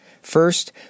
First